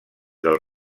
del